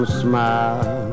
smile